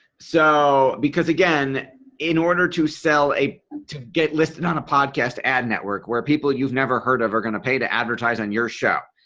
so because again in order to sell a to get listed on a podcast to ad network where people you've never heard of are going to pay to advertise on your show.